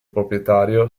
proprietario